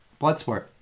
Bloodsport